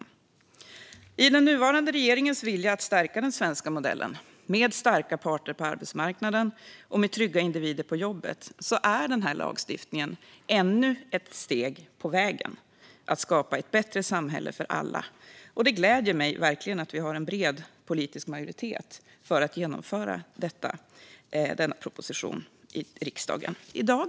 I enlighet med den nuvarande regeringens vilja att stärka den svenska modellen, med starka parter på arbetsmarknaden och trygga individer på jobbet, är denna lagstiftning ännu ett steg på vägen mot att skapa ett bättre samhälle för alla. Det gläder mig verkligen att vi har en bred politisk majoritet för att genomföra denna proposition i riksdagen i dag.